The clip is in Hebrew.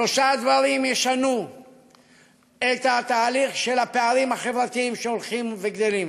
שלושה דברים ישנו את התהליך של הפערים החברתיים שהולכים וגדלים,